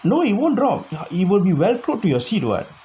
no it won't drop it will be well put to your seat [what]